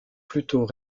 plutôt